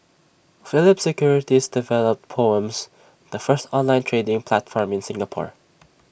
Phillip securities developed poems the first online trading platform in Singapore